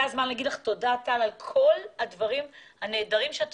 זה הזמן להגיד לך תודה על כל הדברים הנהדרים שאת